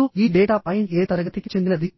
అలానే ఇది ఒక యాంగిల్ మరియు ఇది